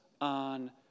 on